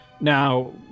Now